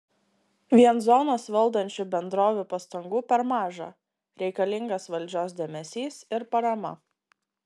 vien zonas valdančių bendrovių pastangų per maža reikalingas valdžios dėmesys ir parama